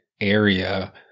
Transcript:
area